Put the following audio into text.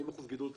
40% גידול נשים.